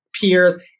peers